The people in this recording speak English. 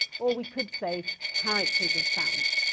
or we could say characters of sound